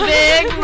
big